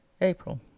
April